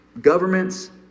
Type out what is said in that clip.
governments